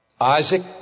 Isaac